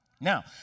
Now